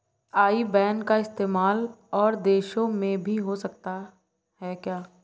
आई ban का इस्तेमाल और देशों में भी हो सकता है क्या?